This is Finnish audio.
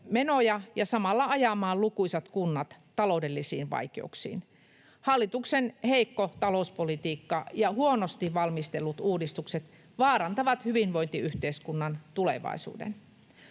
ja samalla ajamaan lukuisat kunnat taloudellisiin vaikeuksiin. Hallituksen heikko talouspolitiikka ja huonosti valmistellut uudistukset vaarantavat hyvinvointiyhteiskunnan tulevaisuuden.